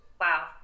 wow